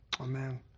Amen